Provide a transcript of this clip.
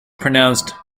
pronounced